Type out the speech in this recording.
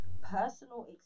personal